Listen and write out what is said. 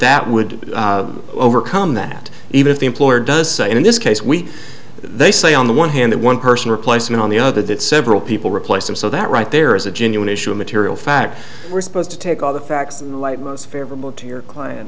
that would overcome that even if the employer does in this case we they say on the one hand one person replacement on the other that several people replace them so that right there is a genuine issue of material fact we're supposed to take all the facts in the light most favorable to your client